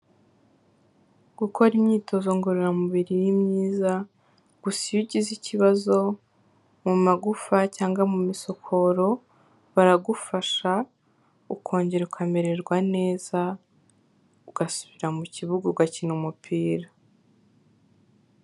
Gukora imyitozo ngororamubiri ni myiza gusa iyo ugize ikibazo mu magufa cyangwa mu misokoro baragufasha ukongera ukamererwa neza, ugasubira mu kibuga ugakina umupira.